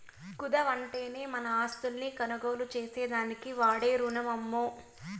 కుదవంటేనే మన ఆస్తుల్ని కొనుగోలు చేసేదానికి వాడే రునమమ్మో